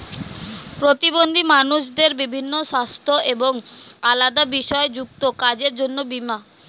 প্রতিবন্ধী মানুষদের বিভিন্ন সাস্থ্য এবং আলাদা বিষয় যুক্ত কাজের জন্য বীমা